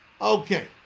okay